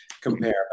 compare